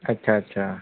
अच्छा अच्छा